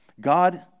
God